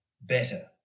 better